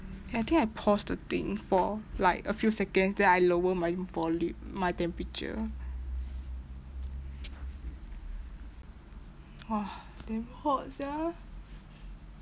I think I paused the thing for like a few seconds then I lower my volume my temperature !wah! damn hot sia